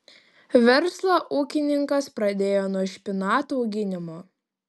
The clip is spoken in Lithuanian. verslą ūkininkas pradėjo nuo špinatų auginimo